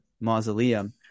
mausoleum